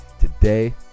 today